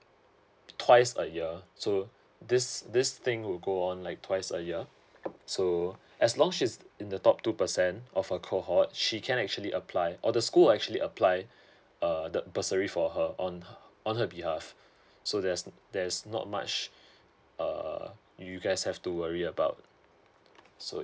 twice a year so this this thing will go on like twice a year so as long she's in the top two percent of her cohort she can actually apply or the school will actually apply uh the bursary for her on her so there's there's not much err you guys have to worry about so